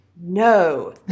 No